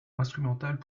instrumentales